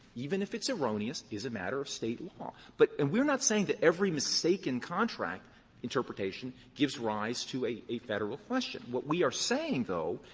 even if it's erroneous, is a matter of state law. but and we're not saying that every mistaken contract interpretation gives rise to a a federal question. what we are saying, though,